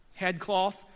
headcloth